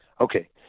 Okay